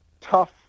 tough